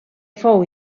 fou